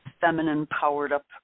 feminine-powered-up